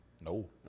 No